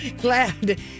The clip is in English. glad